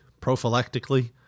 prophylactically